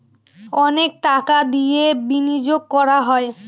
অনেক টাকা দিয়ে বিনিয়োগ করা হয়